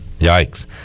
Yikes